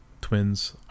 twins